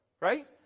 right